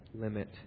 limit